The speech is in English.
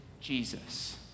Jesus